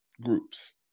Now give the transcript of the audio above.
groups